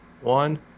one